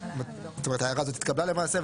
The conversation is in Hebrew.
ההערה הזאת התקבלה למעשה,